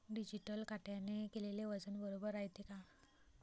Digital काट्याने केलेल वजन बरोबर रायते का?